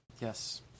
yes